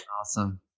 awesome